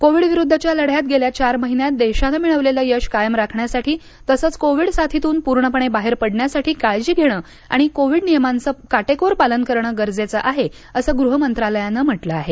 कोविडविरुद्धच्या लढ्यात गेल्या चार महिन्यात देशान मिळवलेलं यश कायम राखण्यासाठी तसंच कोविड साथीतून पूर्णपणे बाहेर पडण्यासाठी काळजी घेणं आणि कोविड नियमांचं कोटेकोर पालन करणं गरजेचं आहे असं गृह मंत्रालयानं म्हटलं आहे